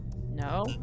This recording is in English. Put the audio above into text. No